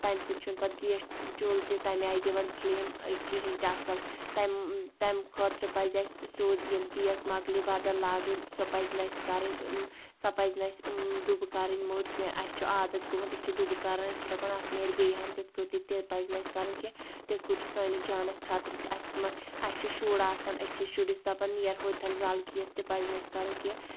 تمہِ سۭتۍ چھُ نہٕ پتہٕ گیس چُوٗلہٕ تہِ تمہِ آیہِ دِوَان پھلیٚم کِہیٖنۍ تہِ اصل تمہِ تمہِ خٲطرٕ پزِ اسہِ سیٚود ییٚلہِ گیس مۄکلہِ بدل لاگٕنۍ سۄ پزِ نہٕ اسہِ کَرٕنۍ سۄ پزِ نہٕ اَسہِ دُبہٕ کرٕنۍ مٔٹۍ کینٛہہ اسہِ چھُ عادت گوٚمُت أسۍ چھِ دُبہٕ کران أسۍ چھِ دَپان اتھ نیرِ بیٚیہِ ہن تِتھ کٲٹھۍ تہِ پزِ نہٕ اَسہِ کَرُن کینٛہہ تِتھ کٲٹھۍ چھُ سٲنِس جانس خٲطرٕ تہِ اسہِ اسہِ چھُ شُر آسان أسۍ چھِ شُرِس دپان نیرٕ ہوتھن زل گیس تہِ پزِ نسہِ کرُن کینٛہہ